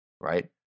right